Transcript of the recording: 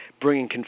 bringing